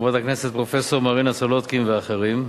חברת הכנסת פרופסור מרינה סולודקין ואחרים,